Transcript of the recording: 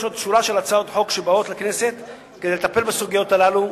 יש עוד שורה של הצעות חוק שבאות לכנסת כדי לטפל בסוגיות הללו,